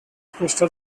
postal